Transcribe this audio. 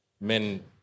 men